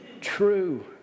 true